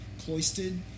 cloistered